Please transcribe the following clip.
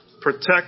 protect